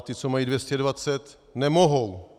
Ti, co mají 220, nemohou.